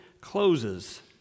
closes